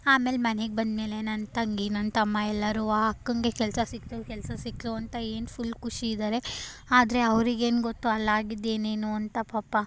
ಆಮೇಲೆ ಮನೆಗೆ ಬಂದಮೇಲೆ ನನ್ನ ತಂಗಿ ನನ್ನ ತಮ್ಮ ಎಲ್ಲರೂ ವ್ಹಾ ಅಕ್ಕಂಗೆ ಕೆಲಸ ಸಿಕ್ಕಿತು ಕೆಲಸ ಸಿಕ್ಕಿತು ಅಂತ ಏನು ಫುಲ್ ಖುಷಿ ಇದ್ದಾರೆ ಆದರೆ ಅವ್ರಿಗೇನು ಗೊತ್ತು ಅಲ್ಲಿ ಆಗಿದ್ದೇನೇನು ಅಂತ ಪಾಪ